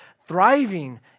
thriving